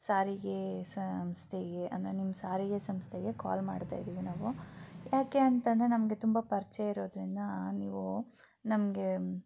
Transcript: ಸಾರಿಗೆ ಸಂಸ್ಥೆಗೆ ಅಂದರೆ ನಿಮ್ಮ ಸಾರಿಗೆ ಸಂಸ್ಥೆಗೆ ಕಾಲ್ ಮಾಡ್ತಾ ಇದ್ದೀವಿ ನಾವು ಯಾಕೆ ಅಂತಂದರೆ ನಮಗೆ ತುಂಬ ಪರಿಚಯ ಇರೋದರಿಂದ ನೀವು ನಮಗೆ